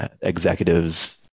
executives